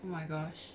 oh my gosh